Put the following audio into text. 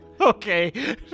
Okay